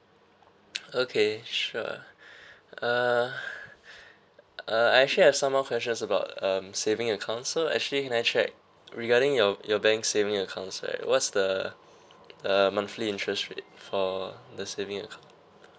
okay sure uh uh I actually have some more questions about um saving account so actually can I check regarding your your bank saving accounts right what's the uh monthly interest rate for the saving account